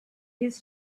his